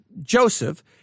Joseph